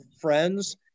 friends